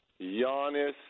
Giannis